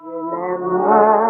Remember